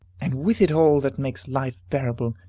and with it all that makes life bearable!